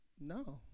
no